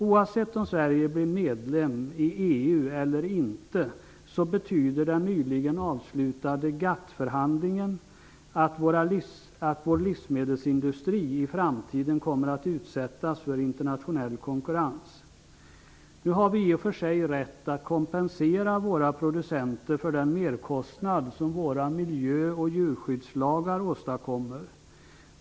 Oavsett om Sverige blir medlem i EU eller inte betyder de nyligen avslutade GATT förhandlingarna att vår livsmedelsindustri i framtiden kommer att utsättas för internationell konkurrens. Nu har vi i och för sig rätt att kompensera våra producenter för den merkostnad som våra miljöoch djurskyddslagar åstadkommer.